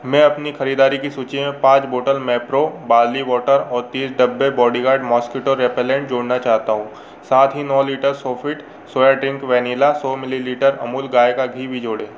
मैं अपनी ख़रीदारी की सूची में पाँच बॉटल मैप्रो बार्ली वाटर और तीस डब्बे बॉडीगार्ड मॉस्क्वीटो रेपेलेंट जोड़ना चाहता हूँ साथ ही नौ litre Sofit soy drink vanilla सौ मिलीलीटर अमूल गाय का घी भी जोड़ें